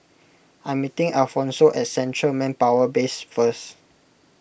I am meeting Alphonso at Central Manpower Base First